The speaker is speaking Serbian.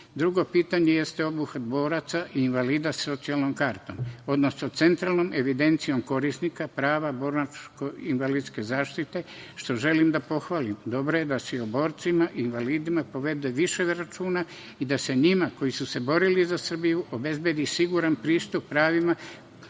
pitanje jeste obuhvat boraca i invalida socijalnom kartom, odnosno centralnom evidencijom korisnika prava borilačko-invalidske zaštite, što želim da pohvalim. Dobro je da se i o borcima i invalidima povede više računa i da se njima koji su se borili za Srbiju obezbedi siguran pristup pravima koje im